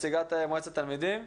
נציגת מועצת תלמידים.